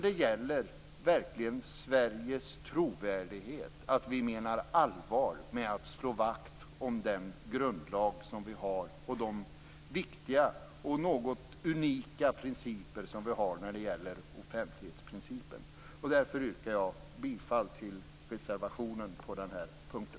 Det gäller dock verkligen Sveriges trovärdighet, att vi menar allvar med att slå vakt om den grundlag som vi har och de viktiga och något unika utgångspunkter som vi har i offentlighetsprincipen. Därför yrkar jag bifall till reservationen på den här punkten.